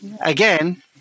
again